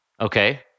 Okay